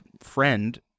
friend